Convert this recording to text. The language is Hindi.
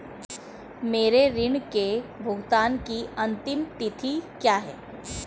मेरे ऋण के भुगतान की अंतिम तिथि क्या है?